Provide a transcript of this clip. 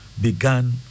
began